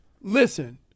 listen